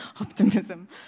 optimism